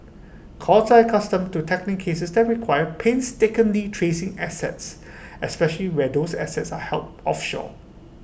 courts are accustomed to tackling cases that require painstakingly tracing assets especially where those assets are held offshore